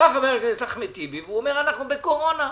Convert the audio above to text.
חבר הכנסת אחמד טיבי אומר: אנחנו בקורונה.